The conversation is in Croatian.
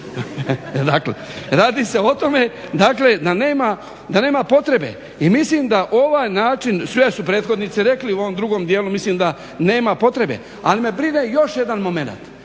Radi se o tome dakle da nema potrebe i mislim da ovaj način, sve su prethodnici rekli u ovom drugom dijelu, mislim da nema potrebe. Ali me brine još jedan moment,